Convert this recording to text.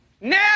now